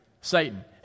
Satan